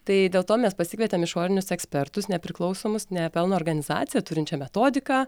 tai dėl to mes pasikvietėm išorinius ekspertus nepriklausomus ne pelno organizaciją turinčią metodiką